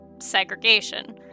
segregation